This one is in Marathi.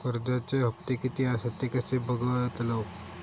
कर्जच्या हप्ते किती आसत ते कसे बगतलव?